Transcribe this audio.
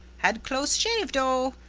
had close shave, dough!